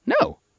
No